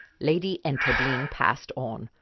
lady enterdean passed on,